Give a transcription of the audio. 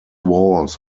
walls